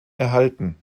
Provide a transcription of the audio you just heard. erhalten